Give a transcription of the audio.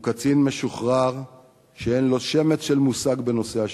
הוא קצין משוחרר שאין לו שמץ של מושג בנושא השיקום.